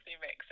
mix